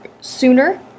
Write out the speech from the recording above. sooner